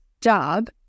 job